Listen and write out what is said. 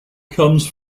comes